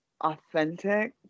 authentic